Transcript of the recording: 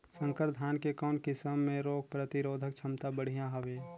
संकर धान के कौन किसम मे रोग प्रतिरोधक क्षमता बढ़िया हवे?